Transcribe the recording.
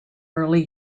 early